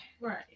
Right